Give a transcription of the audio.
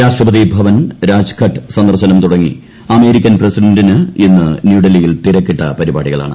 രാഷ്ട്രപതിഭവൻ രാജ്ഘട്ട് സന്ദർശനം തുടങ്ങി അമേരിക്കൻ പ്രഡിഡന്റിന് ഇന്ന് ന്യൂ ഡൽഹിയിൽ തിരക്കിട്ട പരിപാടികളാണ്